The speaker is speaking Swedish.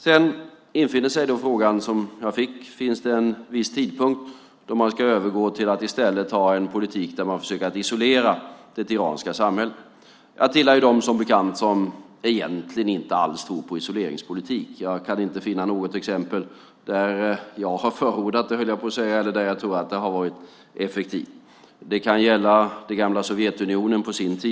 Sedan infinner sig den fråga jag fick: Finns det en viss tidpunkt då man ska övergå till att i stället föra en politik som innebär att isolera det iranska samhället? Jag tillhör dem, som bekant, som egentligen inte alls tror på isoleringspolitik. Jag kan inte finna något exempel där jag har förordat det eller trott att det har varit effektivt. Det har gällt det på sin tid gamla Sovjetunionen.